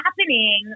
happening